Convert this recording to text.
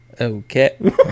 Okay